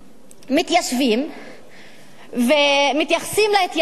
מתיישבים ומתייחסים להתיישבות,